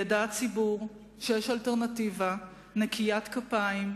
ידע הציבור שיש אלטרנטיבה נקיית כפיים,